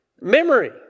memory